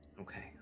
Okay